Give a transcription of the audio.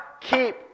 keep